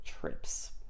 trips